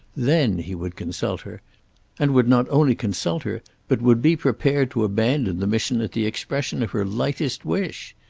then he would consult her and would not only consult her but would be prepared to abandon the mission at the expression of her lightest wish.